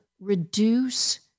reduce